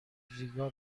ریگا